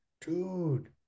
Dude